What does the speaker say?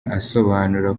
asobanura